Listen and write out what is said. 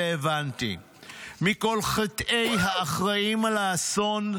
והבנתי :מכל חטאי האחראים לאסון,